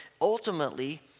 ultimately